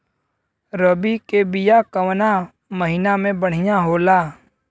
रबी के बिया कवना महीना मे बढ़ियां होला?